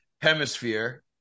hemisphere